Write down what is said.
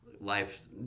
life